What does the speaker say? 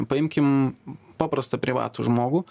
paimkim paprastą privatų žmogų